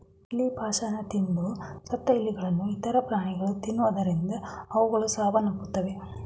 ಇಲಿ ಪಾಷಾಣ ತಿಂದು ಸತ್ತ ಇಲಿಗಳನ್ನು ಇತರ ಪ್ರಾಣಿಗಳು ತಿನ್ನುವುದರಿಂದ ಅವುಗಳು ಸಾವನ್ನಪ್ಪುತ್ತವೆ